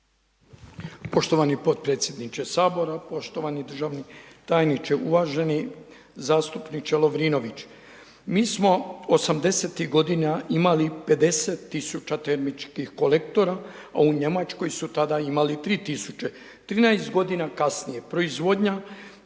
Poštovani potpredsjedniče Sabora. Poštovani državni tajniče, uvaženi zastupniče Lovrinović. Mi smo '80. g. imali 50 tisuća termičkih kolektora, a u Njemačkoj su tada imali 3000. 13 g. kasnije, proizvodnja